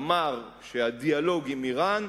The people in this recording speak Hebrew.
אמר שהדיאלוג עם אירן,